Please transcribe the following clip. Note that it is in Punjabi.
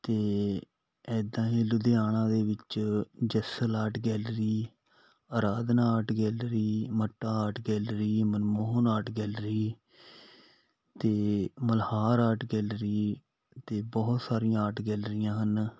ਅਤੇ ਇੱਦਾਂ ਹੀ ਲੁਧਿਆਣਾ ਦੇ ਵਿੱਚ Jassal art gallery Aradhana art gallery Matta art gallery Manmohan art gallery ਅਤੇ ਮਲਹਾਰ ਆਰਟ ਗੈਲਰੀ ਅਤੇ ਬਹੁਤ ਸਾਰੀਆਂ ਆਰਟ ਗੈਲਰੀਆਂ ਹਨ